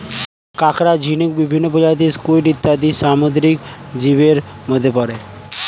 কাঁকড়া, ঝিনুক, বিভিন্ন প্রজাতির স্কুইড ইত্যাদি সামুদ্রিক জীবের মধ্যে পড়ে